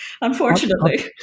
Unfortunately